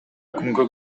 күнгө